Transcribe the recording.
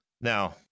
Now